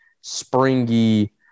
springy